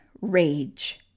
rage